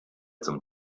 zum